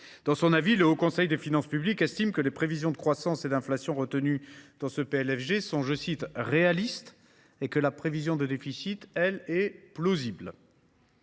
Dans son avis, le Haut Conseil des finances publiques estime que les prévisions de croissance et d’inflation retenues dans le PLFG sont « réalistes » et que notre prévision de déficit est « plausible